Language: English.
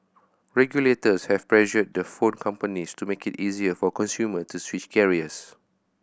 regulators have pressured the phone companies to make it easier for consumer to switch carriers